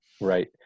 right